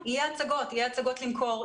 ויהיו הצגות למכור,